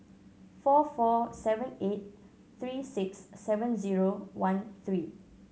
four four seven eight three six seven zero one three